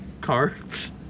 cards